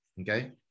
Okay